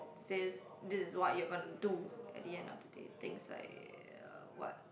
says this is what you're gonna do at the end of the day things like uh what